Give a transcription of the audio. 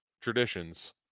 traditions